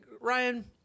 Ryan